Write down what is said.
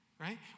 right